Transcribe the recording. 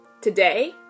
Today